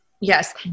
Yes